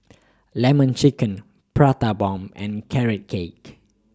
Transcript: Lemon Chicken Prata Bomb and Carrot Cake